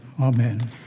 amen